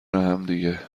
همدیگه